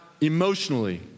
emotionally